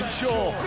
sure